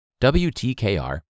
WTKR